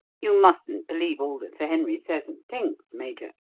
you mustn't believe all that sir henry says and thinks, major.